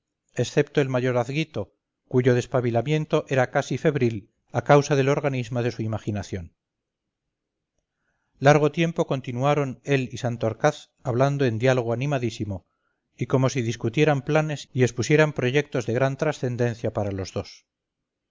excepto el mayorazguito cuyo despabilamiento era casi febril a causa del organismo de su imaginación largo tiempo continuaron él y santorcaz hablando en diálogo animadísimo y como si discutieran planes y expusieran proyectos de gran trascendencia para los dos